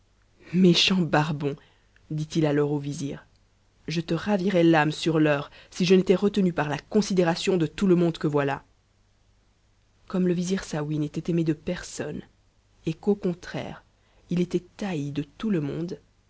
méchant barbon dit-il alors au vizir je te ravirais l'âme sur l'heure si je n'étais retenu par la considéra o't de tout le monde que voilà a coiame le vizir saouy n'était aimé de personne et qu'au contraire il haï de tout le monde